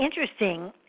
interesting